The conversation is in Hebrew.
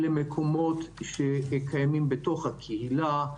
אלה מקומות שקיימים שבתוך הקהילה.